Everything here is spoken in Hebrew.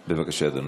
בבקשה, אדוני.